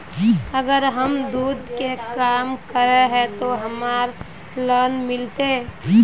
अगर हम दूध के काम करे है ते हमरा लोन मिलते?